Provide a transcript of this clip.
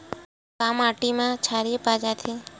का माटी मा क्षारीय पाए जाथे?